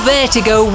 Vertigo